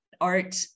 art